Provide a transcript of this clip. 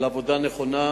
על עבודה נכונה,